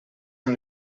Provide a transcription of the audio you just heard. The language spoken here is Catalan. amb